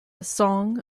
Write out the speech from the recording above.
song